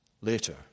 later